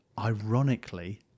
ironically